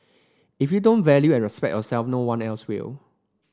if you don't value and respect yourself no one else will